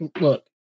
Look